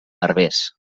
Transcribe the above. herbers